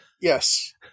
Yes